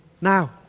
now